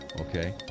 okay